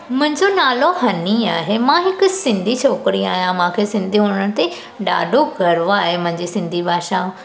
मुंहिंजो नालो हनी आहे मां हिक सिंधी छोकिरी आहियां मूंखे सिंधी हुअण ते ॾाढो गर्वु आहे मुंहिंजी सिंधी भाषा